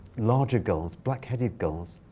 larger gulls, black headed gulls,